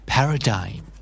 Paradigm